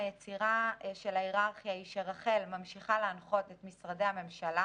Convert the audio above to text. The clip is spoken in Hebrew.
היצירה של ההיררכיה היא שרח"ל ממשיכה להנחות את משרדי הממשלה.